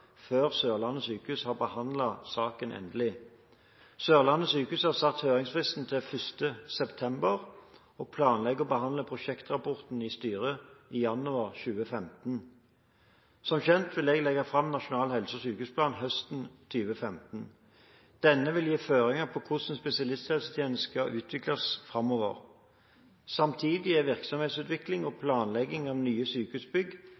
før Sørlandet sykehus har behandlet saken endelig. Sørlandet sykehus har satt høringsfristen til 1. september og planlegger å behandle prosjektrapporten i styret i januar 2015. Som kjent vil jeg legge fram Nasjonal helse- og sykehusplan høsten 2015. Denne vil gi føringer for hvordan spesialisthelsetjenesten skal utvikles framover. Samtidig er virksomhetsutvikling og planlegging av nye sykehusbygg,